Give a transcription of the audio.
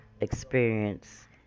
experience